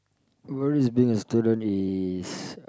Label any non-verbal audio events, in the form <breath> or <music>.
worries being a student is <breath>